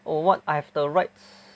oh what I have the rights